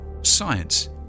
science